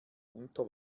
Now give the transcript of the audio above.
unter